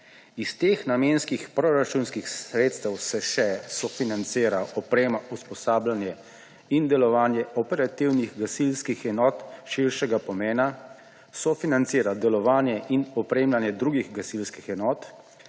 Iz teh namenskih proračunskih sredstev se še sofinancira oprema, usposabljanje in delovanje operativnih gasilskih enot širšega pomena, sofinancira delovanje in opremljanje drugih gasilskih enot,